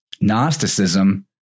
Gnosticism